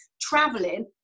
traveling